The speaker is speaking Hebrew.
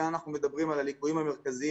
כאן אנחנו מדברים על הליקויים המרכזיים